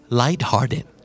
light-hearted